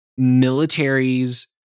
militaries